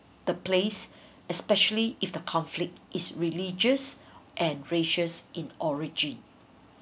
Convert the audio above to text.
the place especially if the conflict is religious and racial in origin